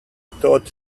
thought